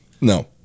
no